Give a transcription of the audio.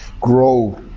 grow